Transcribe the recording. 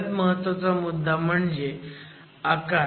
सगळ्यात महत्वाचा मुद्दा म्हणजे भिंतींचा आकार